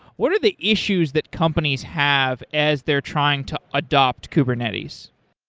what are the issues that companies have as they're trying to adopt kubernetes?